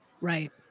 Right